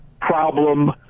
problem